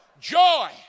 joy